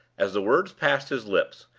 as the words passed his lips,